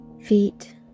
feet